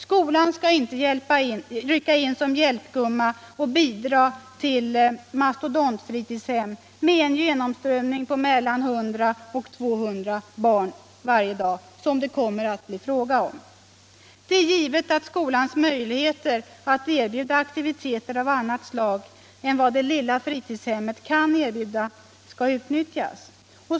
Skolan skall inte rycka in som hjälpgumma och bidra till mastodontfritidshem med en genomströmning på mellan 100 och 200 barn varje dag, som det kommer att bli fråga om. Det är givet att skolans möjligheter att erbjuda aktiviteter av annat slag än vad det lilla fritidshemmet kan erbjuda skall utnyttjas.